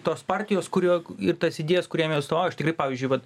tos partijos kurio ir tas idėjas kuriam jie atstovauja aš tikrai pavyzdžiui vat